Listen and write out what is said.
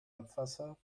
abwasser